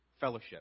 fellowship